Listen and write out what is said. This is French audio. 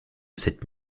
cette